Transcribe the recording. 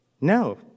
No